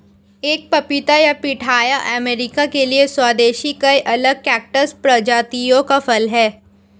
एक पपीता या पिथाया अमेरिका के लिए स्वदेशी कई अलग कैक्टस प्रजातियों का फल है